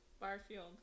Barfield